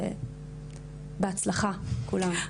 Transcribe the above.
בהצלחה לכולם.